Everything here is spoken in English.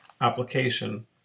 application